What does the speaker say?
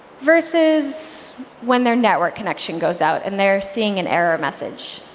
versus when their network connection goes out, and they're seeing an error message.